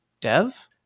dev